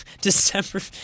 December